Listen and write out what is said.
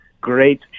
great